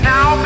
Now